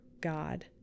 God